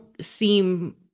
seem